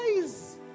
Guys